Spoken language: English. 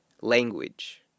Language